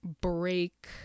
break